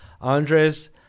Andres